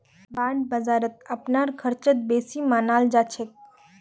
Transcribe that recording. bond बाजारत अपनार ख़र्चक बेसी मनाल जा छेक